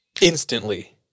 Instantly